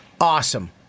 Awesome